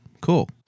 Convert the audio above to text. Cool